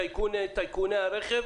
טייקוני הרכב,